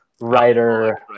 writer